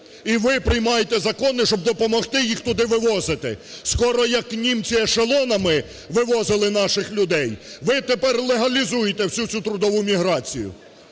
І ви приймаєте закони, щоб допомогти їх туди вивозити. Скоро, як німці ешелонами вивозили наших людей, ви тепер легалізуєте всю цю трудову міграцію.